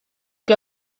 que